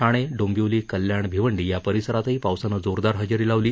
ठाणे डोंबिवली कल्याण भिवंडी या परिसरातही पावसानं जोरदार हजेरी लावली